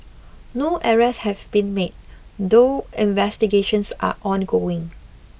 no arrests have been made though investigations are ongoing